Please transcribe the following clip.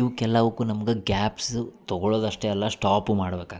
ಇವ್ಕ ಎಲ್ಲವುಕ್ಕು ನಮ್ಗ ಗ್ಯಾಪ್ಸು ತಗೊಳೋದು ಅಷ್ಟೆ ಅಲ್ಲ ಸ್ಟಾಪು ಮಾಡ್ಬೇಕಾಗ್ತದೆ